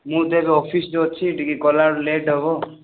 ମୁଁ ତ ଏବେ ଅଫିସ୍ରେ ଅଛି ଟିକିଏ ଗଲାବେଳକୁ ଲେଟ୍ ହେବ